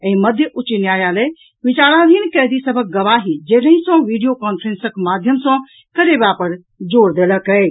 एहि मध्य उच्च न्यायालय विचाराधीन कैदी सभक गवाही जेलहिं सॅ वीडियो कांफ्रेंसक माध्यम सॅ करेबा पर जोर देलक अछि